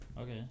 Okay